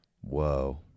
Whoa